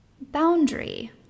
boundary